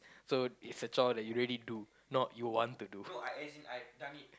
so it's the chore that you really do not you want to do